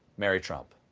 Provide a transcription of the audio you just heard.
mary trump.